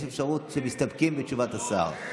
יש אפשרות שמסתפקים בתשובת השר,